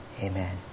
Amen